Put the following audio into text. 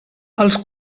els